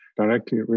directly